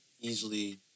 easily